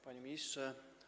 Panie Ministrze!